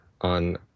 on